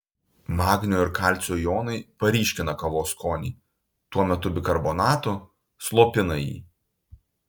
magnio ir kalcio jonai paryškina kavos skonį tuo metu bikarbonato slopina jį